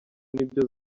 nibyo